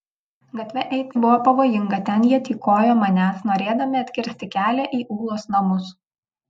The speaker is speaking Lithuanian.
gatve eiti buvo pavojinga ten jie tykojo manęs norėdami atkirsti kelią į ulos namus